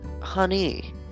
Honey